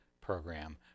program